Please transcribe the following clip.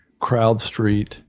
CrowdStreet